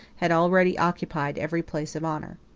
had already occupied every place of honor.